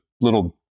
little